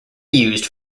used